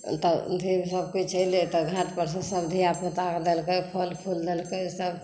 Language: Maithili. तब फिर सबकिछु एलै तऽ घाट परसँ सब धियापुता के फलफूल देलकै सब